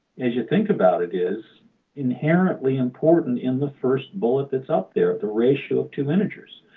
as you think about it, is inherently important in the first bullet that's up there, the ratio of two integers.